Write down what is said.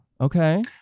okay